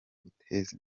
guteza